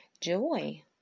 joy